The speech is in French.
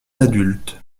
adultes